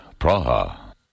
Praha